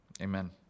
Amen